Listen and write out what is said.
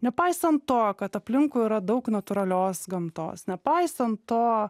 nepaisant to kad aplinkui yra daug natūralios gamtos nepaisant to